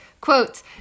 Quote